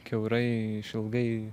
kiaurai išilgai